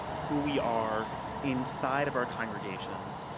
who we are inside of our conversations,